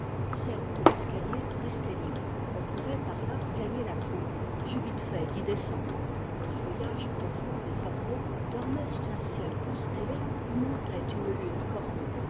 celle de l'escalier restait libre on pouvait par là gagner la cour j'eus vite fait d'y descendre le feuillage profond des ormeaux dormait sous un ciel constellé où montait une lune cornue